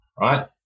right